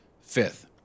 Fifth